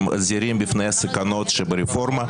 שמזהירים מפני הסכנות שברפורמה.